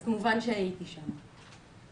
אז כמובן שהייתי שם.